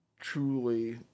truly